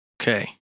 Okay